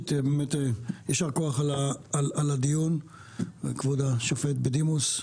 יישר כוח על הדיון, כבוד השופט בדימוס.